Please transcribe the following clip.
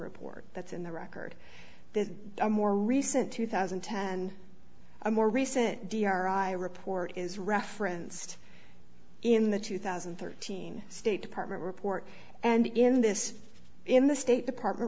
report that's in the record there's a more recent two thousand and ten a more recent d r i report is referenced in the two thousand and thirteen state department report and in this in the state department